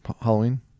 Halloween